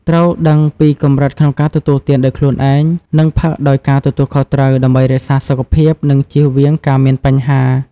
ត្រូវដឹងពីកម្រិតក្នុងការទទួលទានដោយខ្លួនឯង និងផឹកដោយការទទួលខុសត្រូវ ដើម្បីរក្សាសុខភាព និងជៀសវាងការមានបញ្ហា។